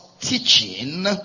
teaching